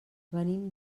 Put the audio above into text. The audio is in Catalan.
venim